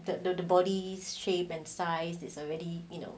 the the the body shape and size is already you know